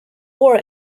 war